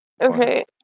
Okay